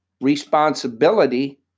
responsibility